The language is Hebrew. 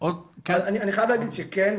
אני חייב להגיד שכן,